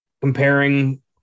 comparing